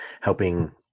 helping